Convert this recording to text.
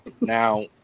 Now